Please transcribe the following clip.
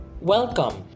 welcome